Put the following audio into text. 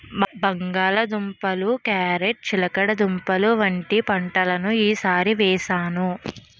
బంగాళ దుంపలు, క్యారేట్ చిలకడదుంపలు వంటి పంటలను ఈ సారి వేసాను